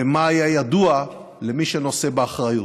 ומה היה ידוע למי שנושא באחריות.